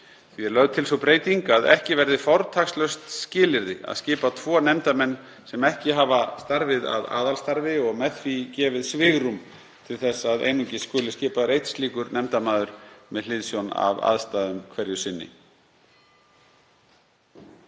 Því er lögð til sú breyting að ekki verði fortakslaust skylt að skipa tvo nefndarmenn sem ekki hafa starfið að aðalstarfi og með því gefið svigrúm til þess að einungis skuli skipaður einn slíkur nefndarmaður með hliðsjón af aðstæðum hverju sinni.